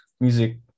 music